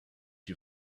you